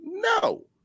No